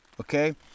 okay